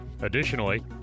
Additionally